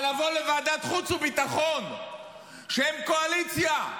אבל לבוא לוועדת החוץ והביטחון כשהם קואליציה,